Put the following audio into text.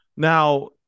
Now